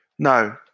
No